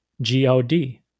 G-O-D